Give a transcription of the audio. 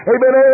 Amen